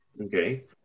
okay